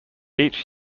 each